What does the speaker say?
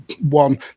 one